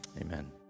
amen